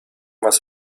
was